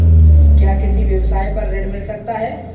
क्या किसी व्यवसाय पर ऋण मिल सकता है?